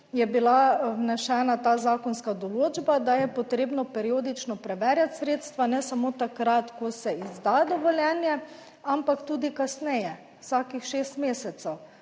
je bila vnesena ta zakonska določba, da je potrebno periodično preverjati sredstva, ne samo takrat, ko se izda dovoljenje, ampak tudi kasneje, vsakih šest mesecev,